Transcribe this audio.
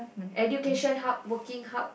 education hub working hub